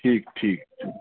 ठीकु ठीकु